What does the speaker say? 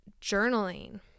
journaling